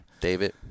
David